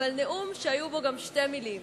אבל נאום שהיו בו גם שתי מלים,